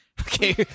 Okay